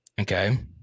Okay